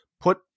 put